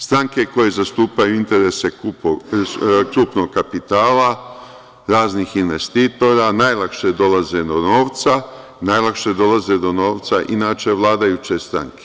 Stranke koje zastupaju interese krupnog kapitala, raznih investitora, najlakše dolaze do novca i najlakše dolaze do novca inače vladajuće stranke.